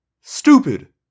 Stupid